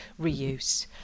reuse